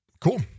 cool